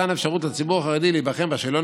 מתן האפשרות לציבור החרדי להיבחן בשאלון